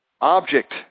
object